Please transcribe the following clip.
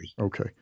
Okay